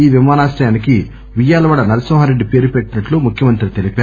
ఈ విమానాశ్రయానికి ఉయ్యాలవాడ నరసింహారెడ్డి పేరు పెట్టినట్లు ముఖ్యమంత్రి తెలిపారు